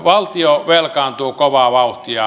valtio velkaantuu kovaa vauhtia